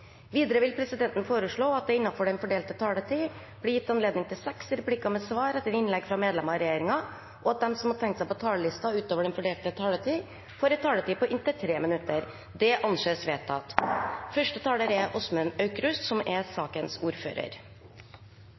Videre vil presidenten foreslå at det – innenfor den fordelte taletid – blir gitt anledning til seks replikker med svar etter innlegg fra medlemmer av regjeringen, og at de som måtte tegne seg på talerlisten utover den fordelte taletid, får en taletid på inntil 3 minutter. – Det anses vedtatt.